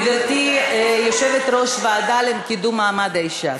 גברתי יושבת-ראש הוועדה לקידום מעמד האישה,